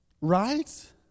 Right